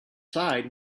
side